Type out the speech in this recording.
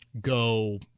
Go